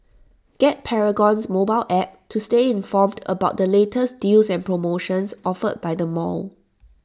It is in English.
get Paragon's mobile app to stay informed about the latest deals and promotions offered by the mall